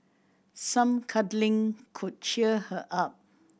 some cuddling could cheer her up